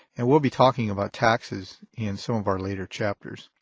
and we'll be talking about taxes in some of our later chapters.